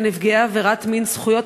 של נפגע עבירת מין לבחירת מין החוקר),